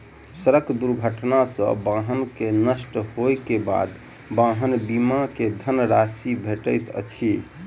सड़क दुर्घटना सॅ वाहन के नष्ट होइ के बाद वाहन बीमा के धन राशि भेटैत अछि